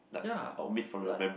ya like